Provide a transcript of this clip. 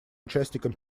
участником